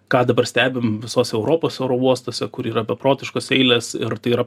ką dabar stebim visos europos oro uostuose kur yra beprotiškos eilės ir tai yra